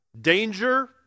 danger